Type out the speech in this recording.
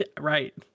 Right